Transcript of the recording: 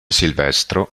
silvestro